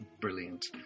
Brilliant